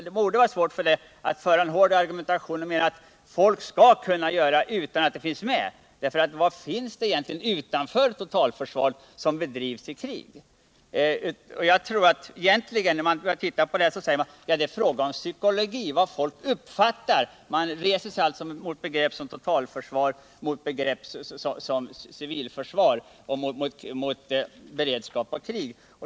Det borde vara svårt för Georg Andersson att föra en hård argumentation för att människor skall kunna få en syssla utanför totalförsvaret. Finns det i krig någon syssla utanför totalförsvaret? Man talar om att det är fråga om psykologi och hur folk uppfattar saker. Man reser sig mot begrepp som totalförsvar, civilförsvar, beredskap och krig.